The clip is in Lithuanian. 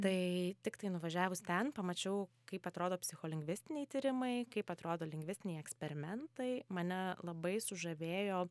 tai tiktai nuvažiavus ten pamačiau kaip atrodo psicholingvistiniai tyrimai kaip atrodo lingvistiniai eksperimentai mane labai sužavėjo